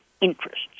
interests